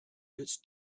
its